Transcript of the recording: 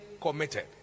committed